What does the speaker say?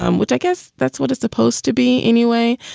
um which i guess that's what it's supposed to be anyway.